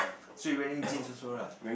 so you wearing jeans also lah